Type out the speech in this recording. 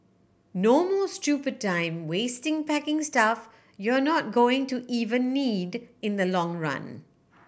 no more stupid time wasting packing stuff you're not going to even need in the long run